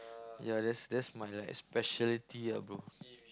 ya that's that's my like speciality ah bro